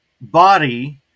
body